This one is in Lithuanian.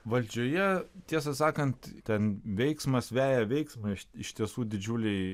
valdžioje tiesą sakant ten veiksmas veja veiksmą iš tiesų didžiuliai